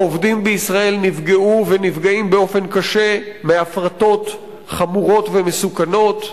העובדים בישראל נפגעו ונפגעים באופן קשה מהפרטות חמורות ומסוכנות.